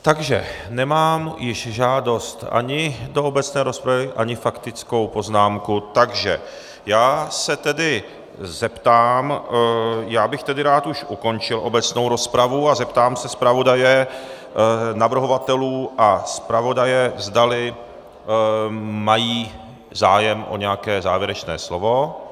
Takže nemám již žádost ani do obecné rozpravy, ani faktickou poznámku, takže se tedy zeptám já bych tedy rád už ukončil obecnou rozpravu a zeptám se navrhovatelů a zpravodaje, zdali mají zájem o nějaké závěrečné slovo.